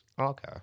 Okay